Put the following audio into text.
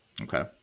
Okay